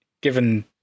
given